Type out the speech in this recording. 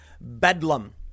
bedlam